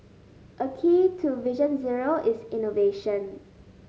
a key to Vision Zero is innovation